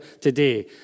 today